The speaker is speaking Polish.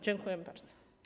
Dziękuję bardzo.